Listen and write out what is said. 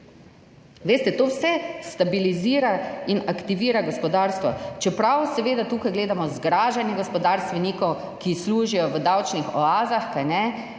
Veste, to vse stabilizira in aktivira gospodarstvo, čeprav seveda tukaj gledamo zgražanje gospodarstvenikov, ki služijo v davčnih oazah, vemo,